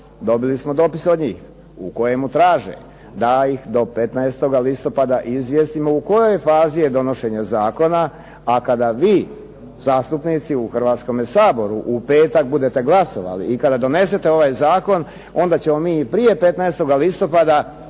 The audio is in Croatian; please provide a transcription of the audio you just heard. dobili smo dopise od njih u kojemu traje da ih do 15. listopada izvijestimo u kojoj fazi je donošenje zakona a kada vi zastupnici u Hrvatskome saboru u petak budete glasovali i kada donesene ovaj zakon onda ćemo mi i prije 15. listopada njima